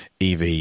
EV